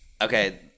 Okay